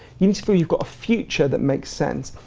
you need to feel you've got a future that makes sense.